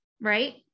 right